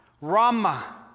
Rama